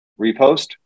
repost